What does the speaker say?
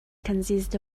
consist